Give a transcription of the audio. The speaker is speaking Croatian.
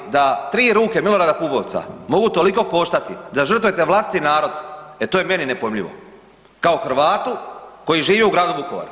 Ali da 3 ruke Milorada Pupovca mogu toliko koštati da žrtvujete vlastiti narod e to je meni nepojmljivo kao Hrvatu koji živi u gradu Vukovaru.